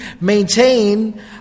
maintain